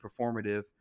performative